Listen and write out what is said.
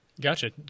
Gotcha